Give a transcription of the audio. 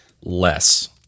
less